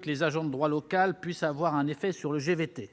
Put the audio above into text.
que les agents de droit local puissent avoir un effet sur le GVT.